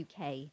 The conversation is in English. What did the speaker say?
UK